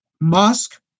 Musk